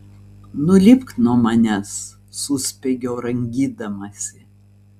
nulipk nuo manęs suspiegiau rangydamasi